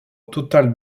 total